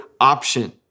option